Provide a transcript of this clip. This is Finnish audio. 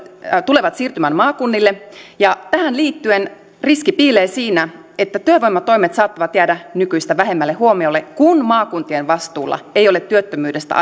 tulevat siirtymään maakunnille ja tähän liittyen riski piilee siinä että työvoimatoimet saattavat jäädä nykyistä vähemmälle huomiolle kun maakuntien vastuulla eivät ole työttömyydestä